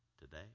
today